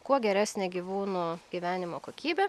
kuo geresnė gyvūnų gyvenimo kokybė